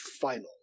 final